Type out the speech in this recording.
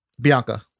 Bianca